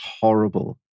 horrible